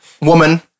woman